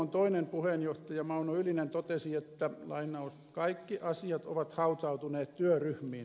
mtkn toinen puheenjohtaja mauno ylinen totesi että kaikki asiat ovat hautautuneet työryhmiin